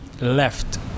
left